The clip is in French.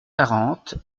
quarante